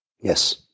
Yes